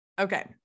Okay